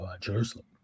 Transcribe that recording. Jerusalem